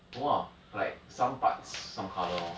no ah like some parts some colour lor